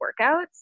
workouts